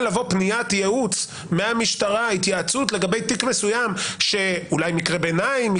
ההסדר השלילי שנובע מכך הוא בסך הכול שבהקשרים אחרים לא קמה חובה כזאת.